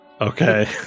Okay